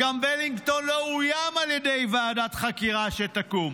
ולינגטון גם לא אוים על ידי ועדת חקירה שתקום.